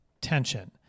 tension